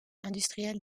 industrielle